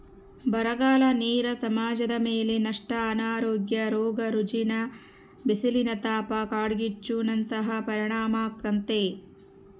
ಬರಗಾಲ ನೇರ ಸಮಾಜದಮೇಲೆ ನಷ್ಟ ಅನಾರೋಗ್ಯ ರೋಗ ರುಜಿನ ಬಿಸಿಲಿನತಾಪ ಕಾಡ್ಗಿಚ್ಚು ನಂತಹ ಪರಿಣಾಮಾಗ್ತತೆ